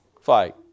fight